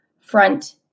front